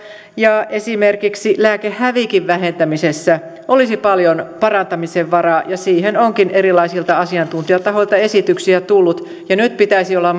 ja esimerkiksi lääkehävikin vähentämisessä olisi paljon parantamisen varaa ja siihen onkin erilaisilta asiantuntijatahoilta esityksiä tullut nyt pitäisi olla